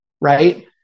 right